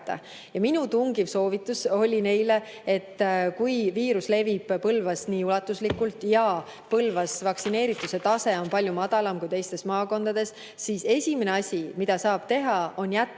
Minu tungiv soovitus neile oli, et kui viirus levib Põlvas nii ulatuslikult ja vaktsineerituse tase maakonnas on palju madalam kui teistes maakondades, siis esimene asi, mida saab teha, on jätta